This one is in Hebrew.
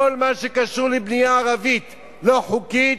כל מה שקשור לבנייה ערבית לא חוקית,